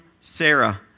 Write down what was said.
Sarah